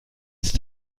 ist